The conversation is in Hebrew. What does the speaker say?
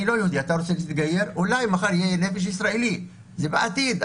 אני רוצה להסתכל איך מדינת ישראל תיראה בעתיד,